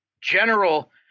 general